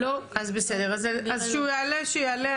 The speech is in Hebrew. אז כשהוא יעלה שיעלה,